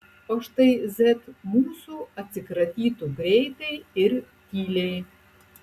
o štai z mūsų atsikratytų greitai ir tyliai